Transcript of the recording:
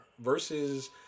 versus